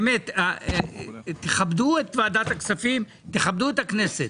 באמת, כבדו את ועדת הכספים, כבדו את הכנסת.